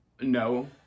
No